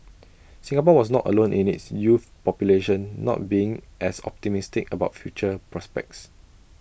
Singapore was not alone in its youth population not being as optimistic about future prospects